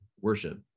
worship